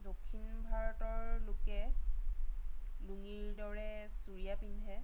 দক্ষিণ ভাৰতৰ লোকে লুঙিৰ দৰে চুৰীয়া পিন্ধে